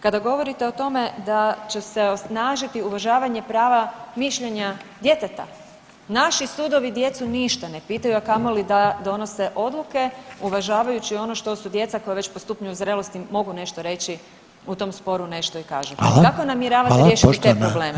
Kada govorite o tome da će se osnažiti uvažavanje prava mišljenja djeteta, naši sudovi djecu ništa ne pitaju, a kamoli da donose odluke uvažavajući ono što su djeca koja već po stupnju zrelosti mogu nešto reći, u tom sporu nešto i kažu [[Upadica: Hvala, hvala.]] Kako namjeravate riješiti te probleme?